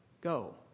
go